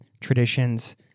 traditions